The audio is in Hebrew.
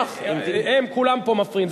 כולם פה מפריעים.